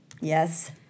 Yes